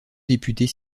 députés